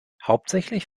hauptsächlich